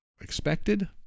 expected